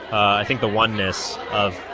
i think, the oneness of,